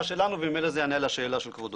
שלנו וממילא זה יענה על השאלה של כבודו.